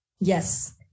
Yes